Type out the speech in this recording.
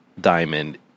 diamond